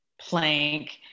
plank